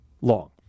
long